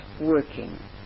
working